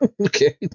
Okay